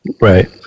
Right